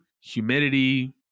humidity